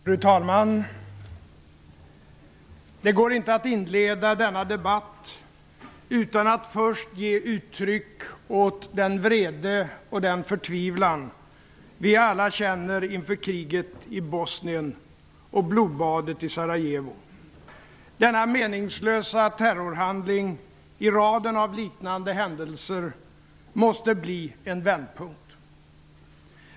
Fru talman! Det går inte att inleda denna debatt utan att först ge uttryck åt den vrede och förtvivlan vi alla känner inför kriget i Bosnien och blodbadet i Sarajevo. Denna meningslösa terrorhandling, i raden av liknande händelser, måste bli en vändpunkt.